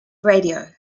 radio